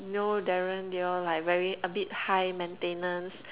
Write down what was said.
you know Darren they all like very a bit high maintenance